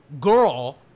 girl